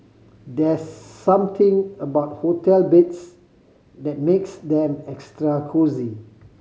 there's something about hotel beds that makes them extra cosy